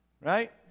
Right